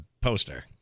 poster